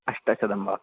अष्टशतं वा